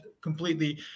completely